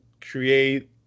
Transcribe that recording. create